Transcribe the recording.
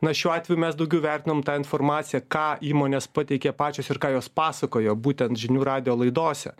na šiuo atveju mes daugiau vertinam tą informaciją ką įmonės pateikia pačios ir ką jos pasakojo būtent žinių radijo laidose